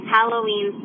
Halloween